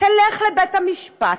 תלך לבית המשפט,